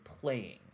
playing